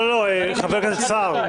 התשפ"א-2020 של חבר הכנסת גדעון סער,